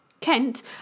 Kent